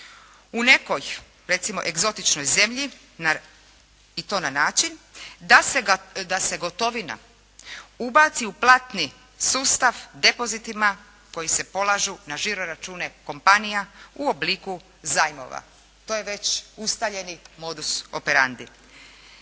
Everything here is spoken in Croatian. U nekoj recimo egzotičnoj zemlji i to na način, da se gotovina ubaci u platni sustav depozitima koji se polažu na žiro-račune kompanija u obliku zajmova. To je ustaljeni modus operandi.